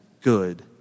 good